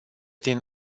din